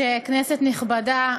כנסת נכבדה,